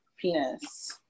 penis